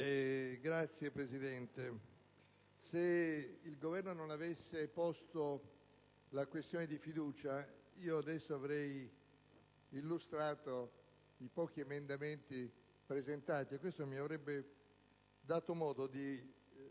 Signora Presidente, se il Governo non avesse posto la questione di fiducia, io adesso avrei illustrato i pochi emendamenti presentati e questo mi avrebbe dato modo di esporre